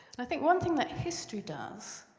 and i think one thing that history does,